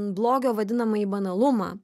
blogio vadinamąjį banalumą